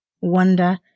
wonder